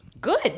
Good